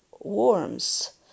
worms